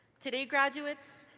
today, graduates,